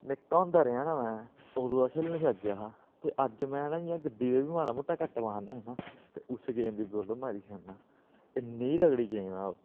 निक्का होंदा रेहा ना में अदूं दा खेलन लग्गेआ हा ते अज्ज में ना इ'यां गड्डी दा बी इ'यां माड़ा मुट्टा घट्ट मारना होए ना ते उस गेम दी मतलब मारी सकना नेही तगड़ी गेम ऐ